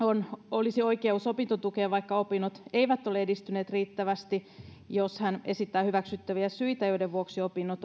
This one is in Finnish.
olisi oikeus opintotukeen vaikka opinnot eivät ole edistyneet riittävästi jos hän esittää hyväksyttäviä syitä joiden vuoksi opinnot